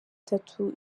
itatu